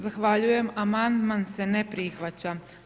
Zahvaljujem amandman se ne prihvaća.